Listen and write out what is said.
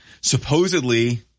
Supposedly